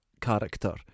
character